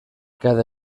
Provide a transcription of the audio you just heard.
cada